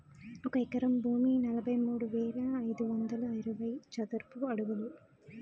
ఒక ఎకరం భూమి నలభై మూడు వేల ఐదు వందల అరవై చదరపు అడుగులు